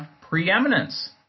preeminence